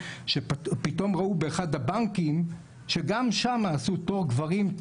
שפתאום ראו באחד הבנקים שגם שם עשו תור גברים,